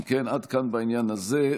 אם כן, עד כאן בעניין הזה.